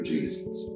Jesus